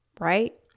Right